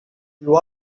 you